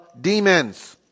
demons